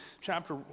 chapter